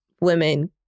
women